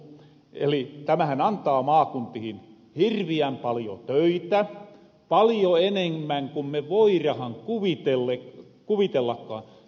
eli tämähän antaa maakuntihin hirviän palijo töitä palijo enemmän ku me voirahan kuvitellakaan